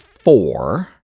four